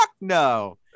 no